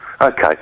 Okay